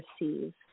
receive